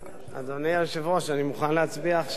ללא מתנגדים וללא נמנעים,